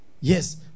Yes